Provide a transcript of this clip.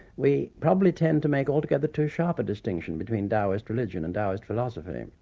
we probably tend to make altogether too sharp a distinction between taoist religion and taoist philosophy.